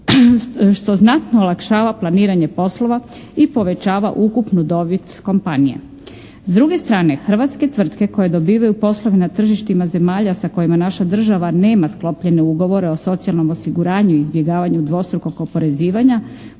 što znatno olakšava planiranje poslova i povećava ukupnu dobit kompanija. S druge strane, hrvatske tvrtke koje dobivaju poslove na tržištima zemalja sa kojima naša država nema sklopljene ugovore o socijalnom osiguranju i izbjegavanju dvostrukog oporezivanja